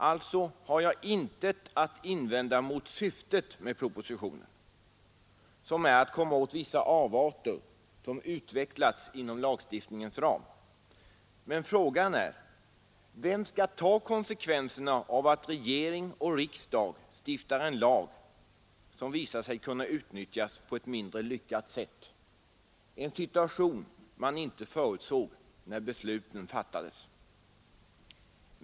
Alltså har jag intet att invända mot syftet med propositionen, som är att komma åt vissa avarter som utvecklats inom lagstiftningens ram. Men frågan är: Vem skall ta konsekvenserna av att regering och riksdag stiftar en lag som visar sig kunna utnyttjas på ett mindre lyckat sätt? Det gäller alltså en situation som man inte kunde förutse när besluten fattades.